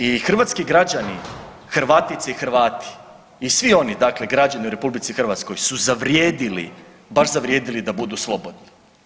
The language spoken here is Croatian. I hrvatski građani Hrvatice i Hrvati i svi oni dakle građani u RH su zavrijedili baš zavrijedili da budu slobodni.